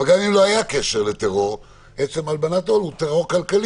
אבל גם אם לא היה קשר בין הדברים עצם הלבנת ההון היא טרור כלכלי.